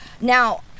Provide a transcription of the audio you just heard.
now